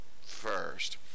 first